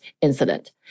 incident